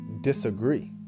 disagree